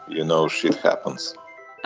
you know, shit happens!